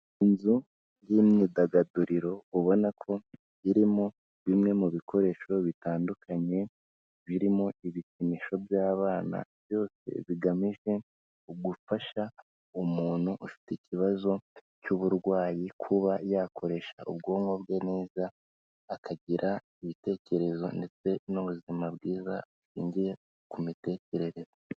Inzu y'imyidagaduriro ubona ko irimo bimwe mu bikoresho bitandukanye birimo ibipimisho by'abana byose bigamije ugufasha umuntu ufite ikibazo cy'uburwayi kuba yakoresha ubwonko bwe neza akagira ibitekerezo ndetse n'ubuzima bwiza bushingiye ku mitekerereze.